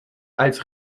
als